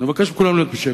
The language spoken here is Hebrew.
אני מבקש מכולם להיות בשקט.